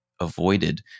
avoided